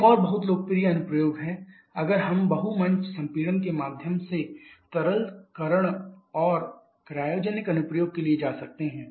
एक और बहुत लोकप्रिय अनुप्रयोग है अगर हम बहु मंच संपीड़न के माध्यम से तरलकरण और क्रायोजेनिक अनुप्रयोग के लिए जा सकते हैं